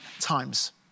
times